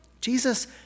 Jesus